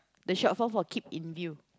the short form for keep in view